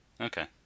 Okay